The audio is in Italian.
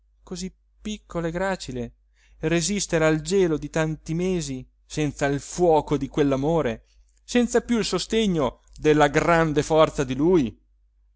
così piccola e gracile resistere al gelo di tanti mesi senza il fuoco di quell'amore senza più il sostegno della grande forza di lui